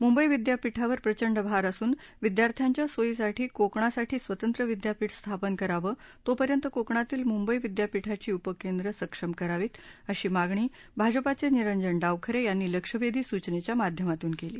मुंबई विद्यापीठावर प्रचंड भार असून विद्यार्थ्यांच्या सोयीसाठी कोकणासाठी स्वतंत्र विद्यापीठ स्थापन करावं तोपर्यंत कोकणातील मुंबई विद्यापीठाची उपकेंद्र सक्षम करावीत अशी मागणी भाजपाचे निरंजन डावखरे यांनी लक्षवेधी सूचनेच्या माध्यमातून केली